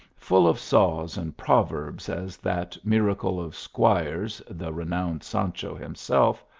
full of saws and proverbs as that miracle of squires, the renowned sancho himself,